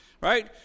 right